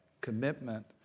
commitment